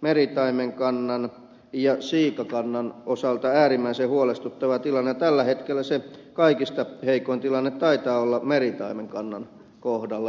meritaimenkannan ja siikakannan osalta äärimmäisen huolestuttava tilanne ja tällä hetkellä se kaikista heikoin tilanne taitaa olla meritaimenkannan kohdalla